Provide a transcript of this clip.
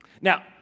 Now